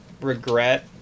Regret